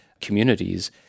communities